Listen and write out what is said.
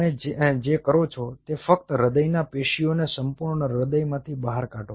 તમે જે કરો છો તે ફક્ત હૃદયના પેશીઓને સંપૂર્ણ હૃદયમાંથી બહાર કાઢો